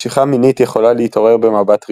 משיכה מינית יכולה להתעורר במבט ראשון,